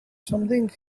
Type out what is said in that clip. something